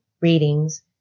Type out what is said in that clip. readings